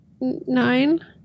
nine